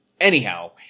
Anyhow